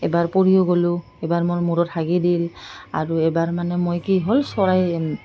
এবাৰ পৰিও গ'লোঁ এবাৰ মোৰ মূৰত হাগি দিলে আৰু এবাৰ মানে মই কি হ'ল চৰাই